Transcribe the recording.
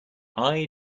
eye